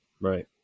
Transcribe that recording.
Right